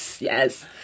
Yes